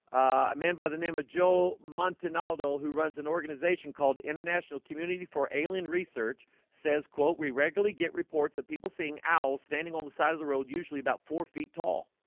a man by the name of joe montana dole who runs an organization called international community for alien research says quote we regularly get reports of people seeing owl standing on the side of the road usually about four feet tall